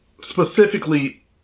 specifically